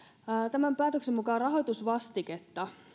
tämän päätöksen mukaan rahoitusvastiketta